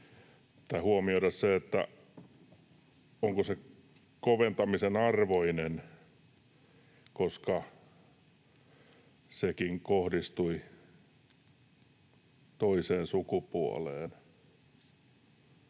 huomioida se, onko se koventamisen arvoinen, koska sekin kohdistui toiseen sukupuoleen.